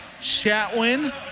Chatwin